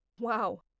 Wow